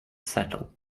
settle